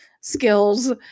skills